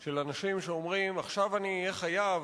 של אנשים שאומרים: עכשיו אני אהיה חייב,